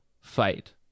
fight